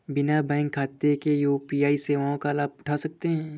बिना बैंक खाते के क्या यू.पी.आई सेवाओं का लाभ उठा सकते हैं?